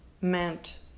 meant